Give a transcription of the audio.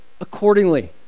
accordingly